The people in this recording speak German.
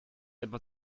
etwas